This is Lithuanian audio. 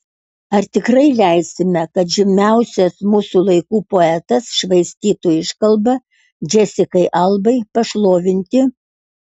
ar tikrai leisime kad žymiausias mūsų laikų poetas švaistytų iškalbą džesikai albai pašlovinti